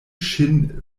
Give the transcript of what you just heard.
ŝin